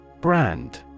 Brand